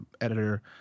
editor